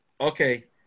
Okay